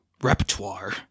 repertoire